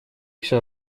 все